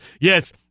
Yes